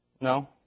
No